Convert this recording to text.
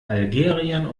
algerien